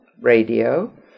radio